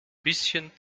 bisschen